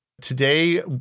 Today